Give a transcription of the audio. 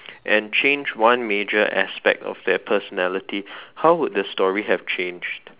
and change one major aspect of their personality how would the story have changed